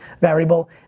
variable